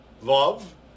Love